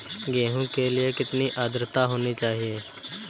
गेहूँ के लिए कितनी आद्रता होनी चाहिए?